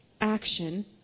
action